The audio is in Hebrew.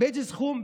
באיזה סכום?